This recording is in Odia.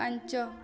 ପାଞ୍ଚ